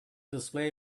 display